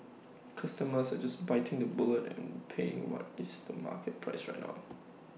customers are just biting the bullet and paying what is the market price right now